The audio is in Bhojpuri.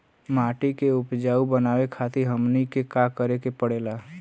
माटी के उपजाऊ बनावे खातिर हमनी के का करें के पढ़ेला?